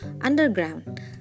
underground